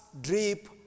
drip